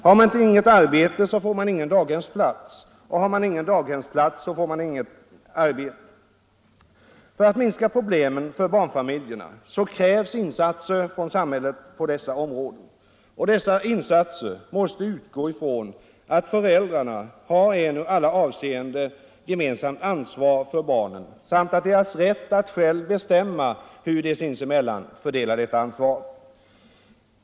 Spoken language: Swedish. Har man inget arbete så får man ingen daghemsplats, och har man ingen daghemsplats så får man inget arbete. För att problemen skall kunna minskas för barnfamiljerna krävs insatser från samhället på dessa områden. Sådana insatser måste utgå ifrån att föräldrarna har ett i alla avseenden gemensamt ansvar för barnen samt att de har rätt att själva bestämma hur de sinsemellan fördelar detta ansvar.